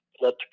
let